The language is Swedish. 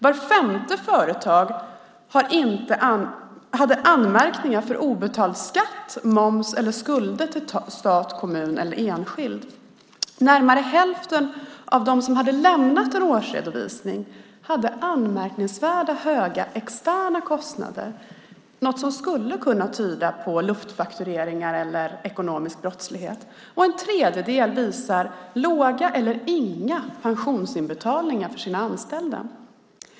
Vart femte företag hade anmärkningar för obetald skatt, moms eller skulder till stat, kommun eller enskild. Närmare hälften av dem som hade lämnat en årsredovisning hade anmärkningsvärt höga externa kostnader, något som skulle kunna tyda på luftfaktureringar eller ekonomisk brottslighet. Och en tredjedel visade låga eller inga pensionsinbetalningar för sina anställda.